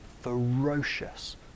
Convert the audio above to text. ferocious